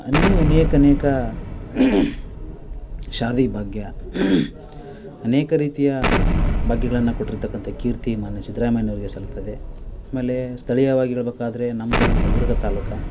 ಇನ್ನು ಅನೇಕನೇಕ ಶಾದಿ ಭಾಗ್ಯ ಅನೇಕ ರೀತಿಯ ಭಾಗ್ಯಗಳನ್ನ ಕೊಟ್ಟಿರ್ತಕ್ಕಂಥ ಕೀರ್ತಿ ಮಾನ್ಯ ಸಿದ್ಧರಾಮಯ್ಯನವರಿಗೆ ಸಲ್ಲುತ್ತದೆ ಆಮೇಲೆ ಸ್ಥಳೀಯವಾಗಿರಬೇಕಾದರೆ ನಮ್ಮದು ಯಲ್ಬುರ್ಗ ತಾಲೂಕು